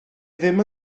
ddim